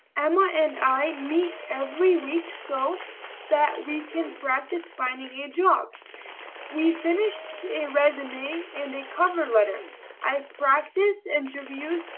emma and i meet every week so that we can practice finding a a job we finished a resume and a cover letter i practice interviews,